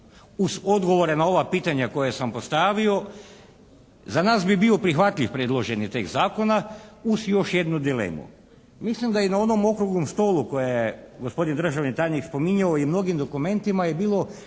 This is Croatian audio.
uz odgovore na ova pitanja koja sam postavio za nas bi bio prihvatljiv predloženi tekst zakona uz još jednu dilemu. Mislim da je i na onom Okruglom stolu koji je gospodin državni tajnik spominjao i u mnogim dokumentima je bilo